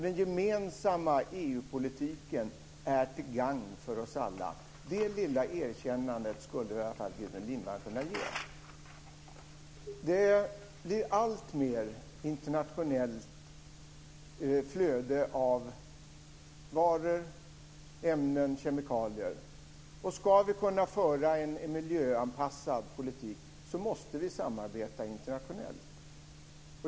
Den gemensamma EU-politiken är till gagn för oss alla. Det lilla erkännande skulle väl i alla fall Gudrun Lindvall kunna ge. Det blir ett alltmer internationellt flöde av varor, ämnen och kemikalier. Om vi ska kunna föra en miljöanpassad politik måste vi samarbeta internationellt.